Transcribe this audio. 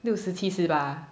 六十七十吧